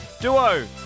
duo